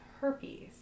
herpes